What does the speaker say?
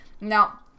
Now